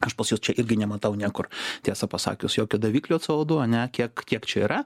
aš pas jus čia irgi nematau niekur tiesą pasakius jokio daviklio c o du ane kiek kiek čia yra